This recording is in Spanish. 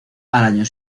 año